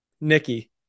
Nikki